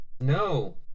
no